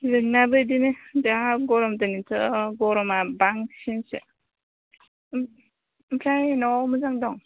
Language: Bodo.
जोंनाबो बिदिनो जा गरम दिनैथ' जा गरमा बांसिनसो ओमफ्राय न'आव मोजाङै दं